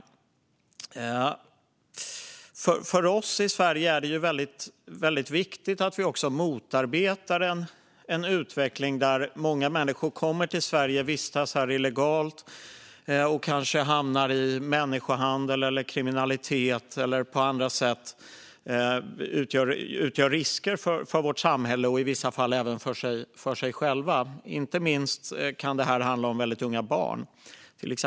För oss i Sverige är det väldigt viktigt att motarbeta en utveckling där många människor kommer till Sverige, vistas här illegalt och kanske hamnar i människohandel eller kriminalitet eller på andra sätt utgör risker för vårt samhälle och i vissa fall även för sig själva. Inte minst kan det här till exempel handla om väldigt unga barn.